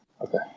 okay